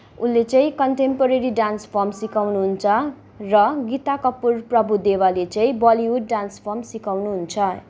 उसले चाहिँ contemporary dance form सिकाउनुहुन्छ र गीता कपुर प्रभु देवाले चाहि बलिउड डान्स फर्म सिकाउनुहुन्छ